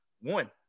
One